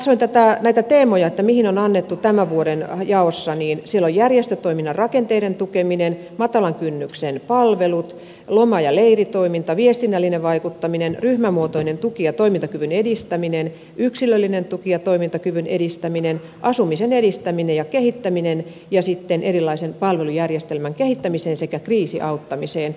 katsoin näitä teemoja mihin on annettu tämän vuoden jaossa ja siellä ovat järjestötoiminnan rakenteiden tukeminen matalan kynnyksen palvelut loma ja leiritoiminta viestinnällinen vaikuttaminen ryhmämuotoinen tuki ja toimintakyvyn edistäminen yksilöllinen tuki ja toimintakyvyn edistäminen asumisen edistäminen ja kehittäminen ja sitten palvelujärjestelmän kehittäminen sekä kriisiauttaminen